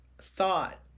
thought